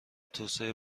توسعه